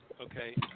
okay